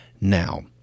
Now